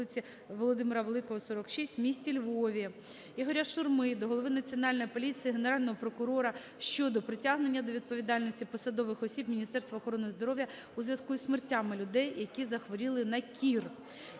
Володимира Великого, 46 в місті Львові. Ігоря Шурми до голови Національної поліції України, Генерального прокурора щодо притягнення до відповідальності посадових осіб Міністерства охорони здоров'я у зв'язку зі смертями людей, які захворіли на кір.